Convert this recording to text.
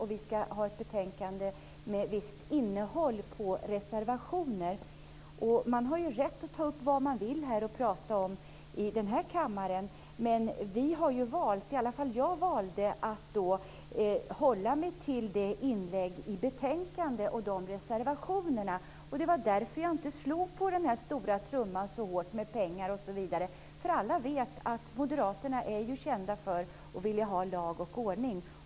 Man har rätt att tala om vad man vill i den här kammaren, men åtminstone jag själv har valt att hålla mig till det som står i betänkandet och i de reservationer som finns. Därför slog jag inte så hårt på trumman om det här med pengar osv. Alla vet ju att Moderaterna är kända för att vilja ha lag och ordning.